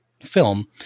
film